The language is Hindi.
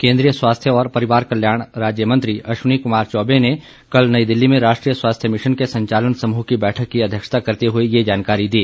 केन्द्रीय स्वास्थ्य और परिवार कल्याण राज्यमंत्री अश्विनी क्मार चौबे ने कल नई दिल्ली में राष्ट्रीय स्वास्थ्य मिशन के संचालन समूह की बैठक की अध्यक्षता करते हुए ये जानकारी दी